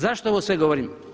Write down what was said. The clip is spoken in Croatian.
Zašto ovo sve govorim?